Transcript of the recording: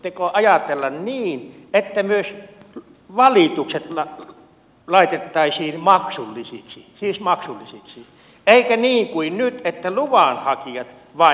voisitteko ajatella niin että myös valitukset laitettaisiin maksullisiksi eivätkä vain luvanhakijat maksaisi niin kuin nyt